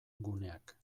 guneak